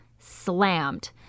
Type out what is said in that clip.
slammed